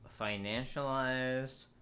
financialized